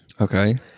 Okay